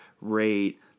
rate